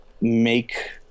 make